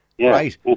Right